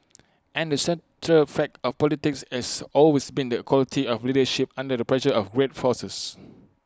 and the central fact of politics is always been the quality of leadership under the pressure of great forces